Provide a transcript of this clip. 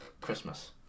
Christmas